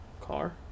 Car